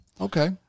Okay